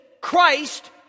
Christ